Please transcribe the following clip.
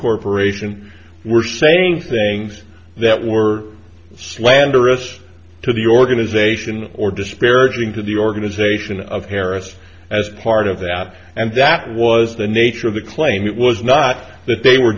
corporation were saying things that were slanderous to the organization or disparaging to the organization of harris as part of that and that was the nature of the claim it was not that they were